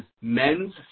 men's